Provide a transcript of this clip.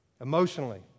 emotionally